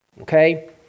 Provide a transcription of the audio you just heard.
Okay